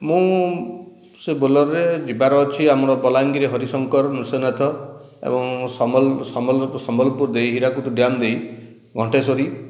ମୁଁ ସେ ବୋଲରରେ ଯିବାର ଅଛି ଆମର ବଲାଙ୍ଗୀର ହରିଶଙ୍କର ନୃସିଂହନାଥ ଏବଂ ସମ୍ବଲପୁର ଦେଇ ହୀରାକୁଦ ଡ଼୍ୟାମ ଦେଇ ଘଣ୍ଟେଶ୍ୱରୀ